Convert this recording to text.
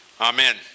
Amen